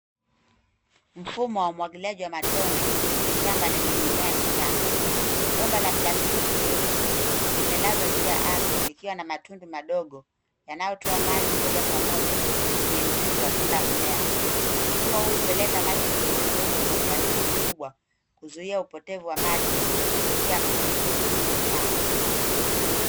Mfumo wa umwagiliaji wa matone kwenye shamba lenye mimea michanga. Bomba la plastiki nyeusi limelazwa juu ya ardhi likiwa na matundu madogo yanayotoa maji moja kwa moja kwenye mzizi wa kila mmea. Mfumo huu hupeleka maji kidogo kidogo kwa ufanisi mkubwa kuzuia upotevu wa maji kupitia mtiririko usiofaa.